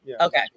Okay